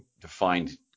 defined